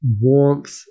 warmth